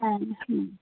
হ্যাঁ হুম